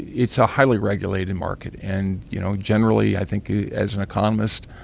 it's a highly regulated market. and, you know, generally, i think as an economist,